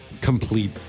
complete